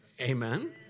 Amen